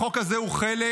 החוק הזה הוא חלק